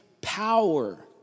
power